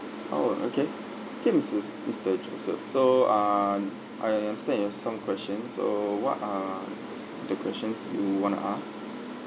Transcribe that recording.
oh okay okay mis~ mister joseph so um I understand you have some questions so what are the questions you want to ask